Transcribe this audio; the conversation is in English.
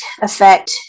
affect